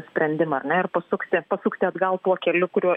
sprendimą ar ne ir pasukti pasukti atgal kol keliu kuriuo